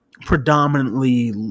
predominantly